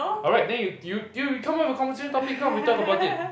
alright then you you you come up with the conversation topic come we talk about it